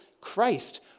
Christ